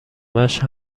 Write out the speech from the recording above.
مشق